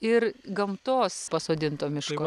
ir gamtos pasodinto miško